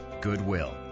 Goodwill